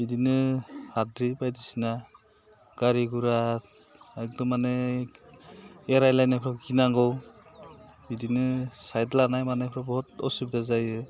बिदिनो हाद्रि बायदिसिना गारि घरा एकदम माने एरायलायनायखौ गिनांगौ बिदिनो साइद लानाय मानायफ्राव बिराद उसुबिदा जायो